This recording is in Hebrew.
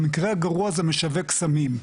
במקרה הגרוע זה משווק הסמים,